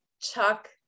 Chuck